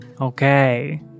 Okay